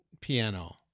piano